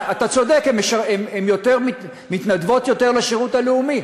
אתה צודק, הן מתנדבות יותר לשירות הלאומי.